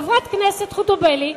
חברת הכנסת חוטובלי,